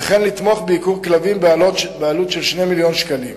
וכן לתמוך בעיקור כלבים בעלות 2 מיליון שקלים.